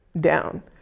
down